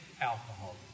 alcohol